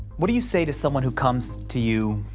what do you say to someone who comes to you?